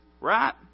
right